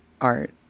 art